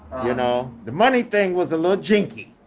you know, the money thing was a lot jinky,